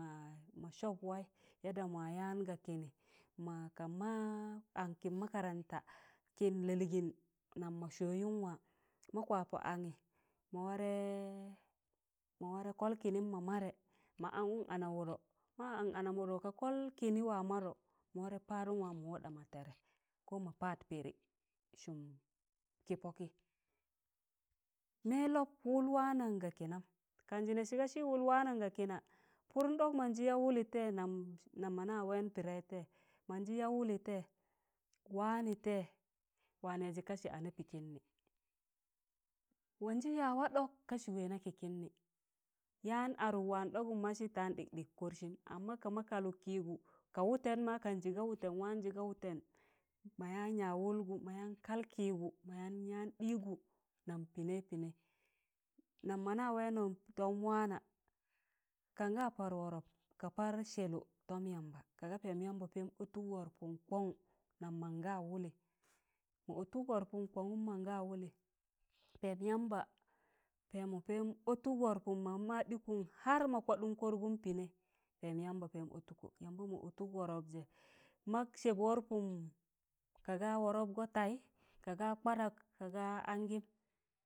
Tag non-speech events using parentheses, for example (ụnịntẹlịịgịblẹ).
ma sọp waị (unintelligible) ma yaan ga kịnị ma ka ma ankịn (ụnịntẹlịịgịblẹ) kịn lalịịgịn nam ma sọọụ wa ma kụlapọ angị ma warẹ kọl kịnịm ma madẹ ma angụm ana wụdọ ma an ana wụdọ ka kọl kịnị ma madọ ma warẹ padụn wamọ wụda ma tẹẹdẹ (unintelligible) ma pad pịdị sụm kị pọkị mẹi̱s lọp mụl waanam ga kịnam kanjị nẹg ka sị wụl wanam ga kịna pụrụm dọk mọnjị ya wụlị tẹị nam mọna wẹn pịdẹị tẹị mọnjị ya wụlị tẹị wanị tẹị waa nẹịzị ka sị ana pịị kịna mọnmjị ụaịz waa adọk ka sọ wẹẹna kị kịn nị yaan adụk waam dọgụm ma sị tan dịkdịk kọrsịm (unintelligible) kama kalụk kịgụ ka wụtẹn ma kanjị ga wụtẹn waanjị ga wụtẹn ma yaan yaz wụlgụ mayan kalkịgụ mayam ụaịz dịgụ nam pịnẹị pịnẹị nam mọna wẹẹnọn tọm waana kam ga par wọrọp ka pas sẹlọ tọm yamza kaaga pẹẹm yamba pẹẹm ọndụk wọrọpụm kọn nam mọnga waa wụlị ma ụtụk wọrọpụm koṇ nam mọnga wa wụlị pẹẹm yamba pẹẹm ọndụk wụrọpụm ma dịkụn (unintelligible) ma kwadụn kọrgụm pịnẹị pẹẹm yamba pẹẹm ọtụkọ yamba ma ọtụk wụrọpzẹ mak sẹp wọrọpụm kaaga wọrọpgọ taị kaaga kwadak kaaga an gịm.